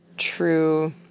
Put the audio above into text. true